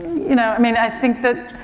you know, i mean, i think that,